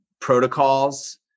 protocols